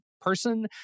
person